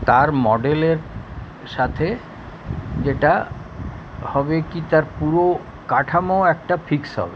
তার মডেলের সাথে যেটা হবে কী তার পুরো কাঠামো একটা ফিক্স হবে